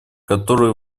которые